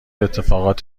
اتفاقات